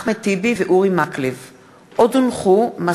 אחמד טיבי ואורי מקלב בנושא: בחינות הסמכה של לשכת עורכי-הדין.